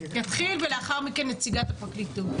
יתחיל, ולאחר מכן נציג הפרקליטות.